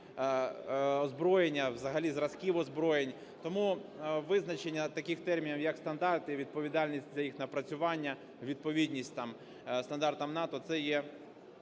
озброєння, взагалі зразків озброєння. Тому визначення таких термінів, як "стандарти", і відповідальність за їх напрацювання, відповідність там стандартам НАТО – це є